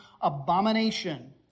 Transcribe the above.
abomination